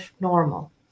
normal